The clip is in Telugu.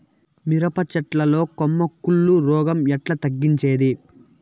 మిరప చెట్ల లో కొమ్మ కుళ్ళు రోగం ఎట్లా తగ్గించేది?